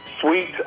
sweet